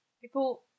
people